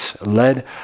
led